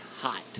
hot